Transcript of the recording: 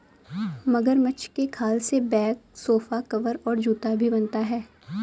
मगरमच्छ के खाल से बैग सोफा कवर और जूता भी बनता है